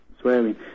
swearing